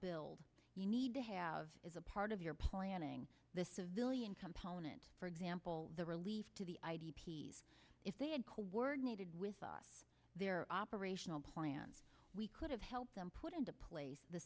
building you need to have is a part of your planning the civilian component for example the relief to the id p s if they had coordinated with their operational plans we could have helped them put into place the